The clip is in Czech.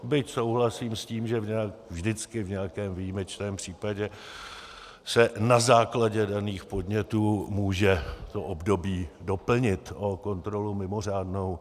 Byť souhlasím s tím, že vždycky v nějakém výjimečném případě se na základě daných podnětů může to období doplnit o kontrolu mimořádnou.